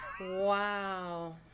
Wow